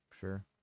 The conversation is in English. Sure